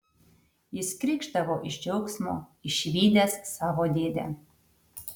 jis krykšdavo iš džiaugsmo išvydęs savo dėdę